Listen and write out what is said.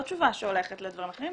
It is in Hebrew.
לא תשובה שהולכת לדברים אחרים,